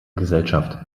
gesellschaft